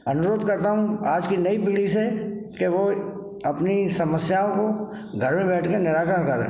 अनुरोध करता हूँ आज की नई पीढ़ी से कि वो अपनी समस्याओं को घर में बैठकर निराकरण करें